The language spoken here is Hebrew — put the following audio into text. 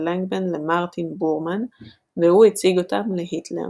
לנגבן למרטין בורמן והוא הציג אותם להיטלר.